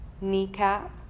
kneecap